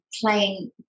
playing